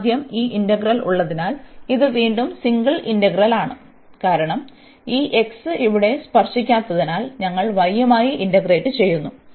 അതിനാൽ ആദ്യം ഈ ഇന്റഗ്രൽ ഉള്ളതിനാൽ ഇത് വീണ്ടും സിംഗിൾ ഇന്റെഗ്രലാണ് കാരണം ഈ x ഇവിടെ സ്പർശിക്കാത്തതിനാൽ ഞങ്ങൾ y യുമായി ഇന്റഗ്രേറ്റ് ചെയ്യുന്നു